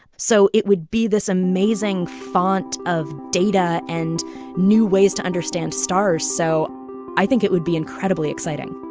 so it would be this amazing font of data and new ways to understand stars. so i think it would be incredibly exciting